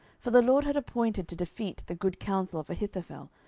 for the lord had appointed to defeat the good counsel of ahithophel,